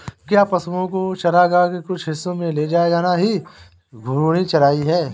क्या पशुओं को चारागाह के कुछ हिस्सों में ले जाया जाना ही घूर्णी चराई है?